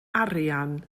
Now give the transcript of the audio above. arian